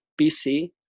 BC